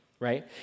right